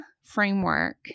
framework